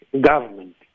government